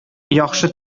яхшы